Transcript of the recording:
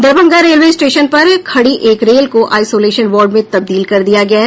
Darbhanga railway station पर खड़ी एक रेल को आईसोलेशन वार्ड में तब्दील कर दिया गया है